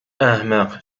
احمق